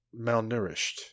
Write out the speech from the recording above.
malnourished